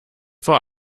vor